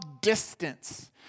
distance